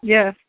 Yes